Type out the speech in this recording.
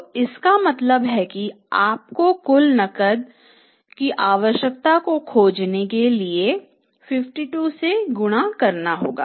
तो इसका मतलब है कि आपको कुल नकद की आवश्यकता को खोजने के लिए 52 से गुणा करना होगा